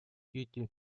кити